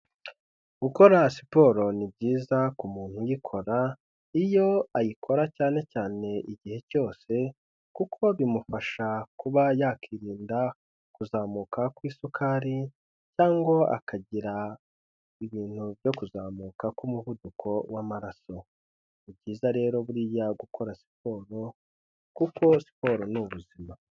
Gukora siporo ni byiza ku muntu uyikora, iyo ayikora cyane cyane igihe cyose kuko bimufasha kuba yakirinda kuzamuka kw'isukari cyangwa akagira ibintu byo kuzamuka k'umuvuduko w'amaraso, ni byiza rero buriya gukora siporo kuko siporo ni ubuzima.